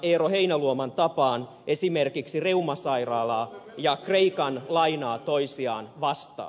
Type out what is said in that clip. eero heinäluoman tapaan esimerkiksi reumasairaalaa ja kreikan lainaa toisiaan vastaan